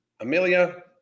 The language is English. Amelia